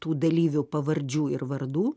tų dalyvių pavardžių ir vardų